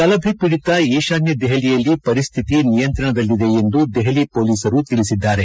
ಗಲಭೇಪೀಡಿತ ಈಶಾನ್ಯ ದೆಹಲಿಯಲ್ಲಿ ಪರಿಸ್ಥಿತಿ ನಿಯಂತ್ರಣದಲ್ಲಿದೆ ಎಂದು ದೆಹಲಿ ಮೊಲೀಸರು ತಿಳಿಸಿದ್ದಾರೆ